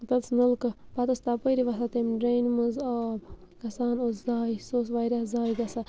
پَتہٕ اوس نَلکہٕ پَتہٕ ٲس تَپٲری وۄتھان تمہِ ڈرٛینہِ منٛز آب گژھان اوس زایہِ سُہ اوس واریاہ زایہِ گژھان